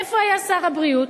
איפה היה שר הבריאות?